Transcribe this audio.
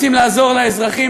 רוצים לעזור לאזרחים,